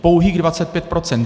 Pouhých 25 %.